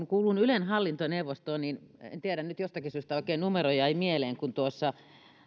kuulun ylen hallintoneuvostoon ja en tiedä jostakin syystä nyt oikein numero jäi mieleen kun tuossa